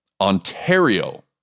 Ontario